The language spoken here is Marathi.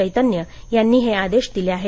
चैतन्य यांनी हे आदेश दिले आहेत